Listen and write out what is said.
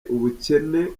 ubukene